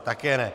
Také ne.